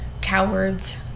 cowards